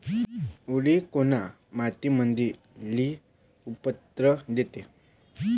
उडीद कोन्या मातीमंदी लई उत्पन्न देते?